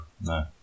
No